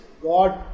God